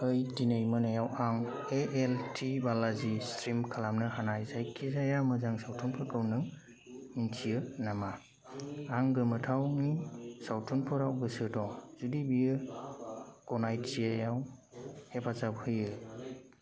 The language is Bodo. ओइ दिनै मोनायाव आं A L T Balaji stream खालामनो हानाय जायखिजाया मोजां सावथुनफोरखौ नों मिन्थियो नामा आं गोमोथावनि सावथुनफोराव गोसो दं जुदि बेयो गनायथियाव हेफाजाब होयो